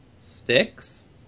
sticks